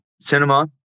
cinema